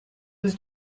was